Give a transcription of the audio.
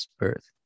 birth